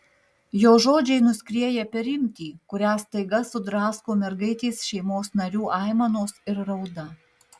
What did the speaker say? jo žodžiai nuskrieja per rimtį kurią staiga sudrasko mergaitės šeimos narių aimanos ir rauda